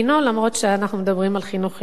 למרות שאנחנו מדברים על חינוך חינם,